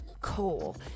coal